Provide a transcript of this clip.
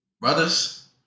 Brothers